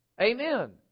Amen